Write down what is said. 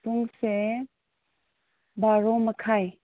ꯄꯨꯡꯁꯦ ꯕꯥꯔꯣ ꯃꯈꯥꯏ